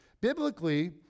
Biblically